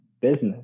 business